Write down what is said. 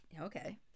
okay